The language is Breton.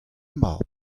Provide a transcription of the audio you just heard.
mab